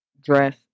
dress